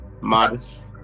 modest